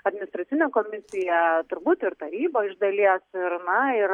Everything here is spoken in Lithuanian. administracinė komisija turbūt ir taryba iš dalies ir na ir